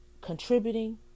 Contributing